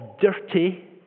dirty